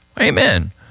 Amen